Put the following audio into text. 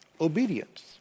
obedience